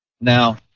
Now